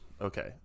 Okay